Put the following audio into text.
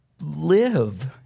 Live